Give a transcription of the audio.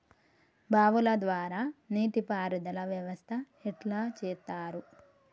బావుల ద్వారా నీటి పారుదల వ్యవస్థ ఎట్లా చేత్తరు?